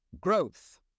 growth